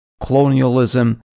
colonialism